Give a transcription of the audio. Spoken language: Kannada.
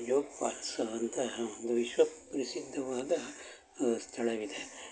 ಜೋಗ ಫಾಲ್ಸ್ ಅಂತ ಒಂದು ವಿಶ್ವ ಪ್ರಸಿದ್ಧವಾದ ಸ್ಥಳವಿದೆ